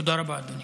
תודה רבה, אדוני.